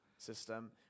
system